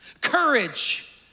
courage